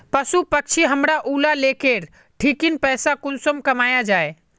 पशु पक्षी हमरा ऊला लोकेर ठिकिन पैसा कुंसम कमाया जा?